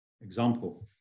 Example